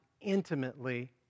intimately